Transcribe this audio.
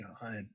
God